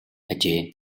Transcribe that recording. ажээ